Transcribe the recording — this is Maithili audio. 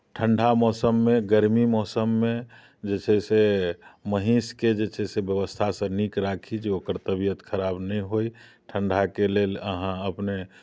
ठंडा मौसममे गरमी मौसममे जे छै से महीँसके जे छै से व्यवस्थासँ नीक राखी जे ओकर तबियत खराब नहि होइ ठंडाके लेल अहाँ अपने